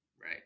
Right